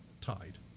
tied